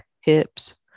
hips